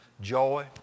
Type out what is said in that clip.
joy